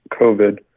COVID